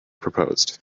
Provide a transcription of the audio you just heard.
proposed